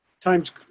times